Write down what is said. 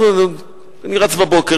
אני רץ בבוקר,